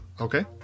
Okay